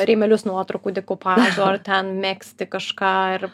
rėmelius nuotraukų dekupažo ar ten megzti kažką ir